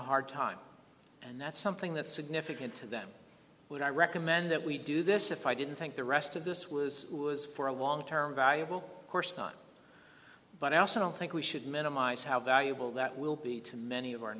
a hard time and that's something that's significant to them would i recommend that we do this if i didn't think the rest of this was was for a long term viable course but i also don't think we should minimize how valuable that will be to many of our